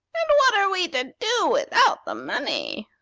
and what are we to do without the money?